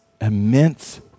immense